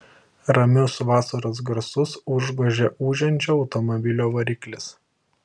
ramius vasaros garsus užgožė ūžiančio automobilio variklis